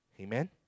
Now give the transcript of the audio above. Amen